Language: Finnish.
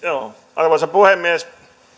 arvoisa puhemies